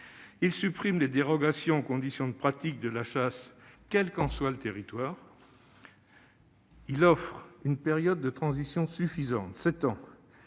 elle supprime les dérogations aux conditions de pratique de la chasse, quel qu'en soit le territoire. Enfin, elle offre une période de transition suffisante de